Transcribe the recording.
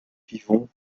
vivons